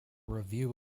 review